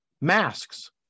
masks